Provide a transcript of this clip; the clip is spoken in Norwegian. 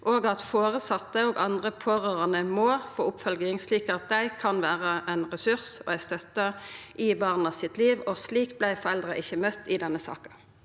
og at føresette og andre pårørande må få oppfølging slik at dei kan vera ein resurs og ei støtte i barna sitt liv. Slik vart ikkje foreldra møtte i denne saka.